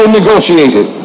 negotiated